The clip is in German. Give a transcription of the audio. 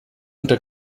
unter